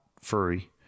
free